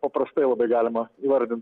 paprastai labai galima įvardin